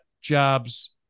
jobs